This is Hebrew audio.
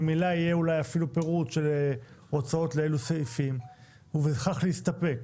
במילה יהיה אולי אפילו פירוט של הוצאות לאילו סעיפים ובכך להסתפק.